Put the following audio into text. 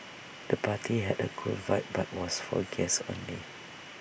the party had A cool vibe but was for guests only